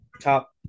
top